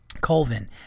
Colvin